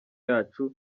yacu